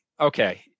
okay